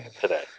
today